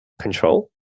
control